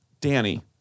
Danny